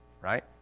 right